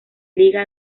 liga